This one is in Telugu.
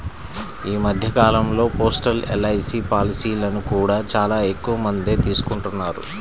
ఈ మధ్య కాలంలో పోస్టల్ ఎల్.ఐ.సీ పాలసీలను కూడా చాలా ఎక్కువమందే తీసుకుంటున్నారు